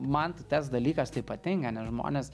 man tai tas dalykas tai patinka nes žmonės